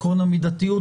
עקרון המידתיות.